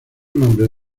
nombres